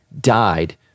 died